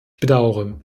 bedaure